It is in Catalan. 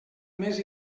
més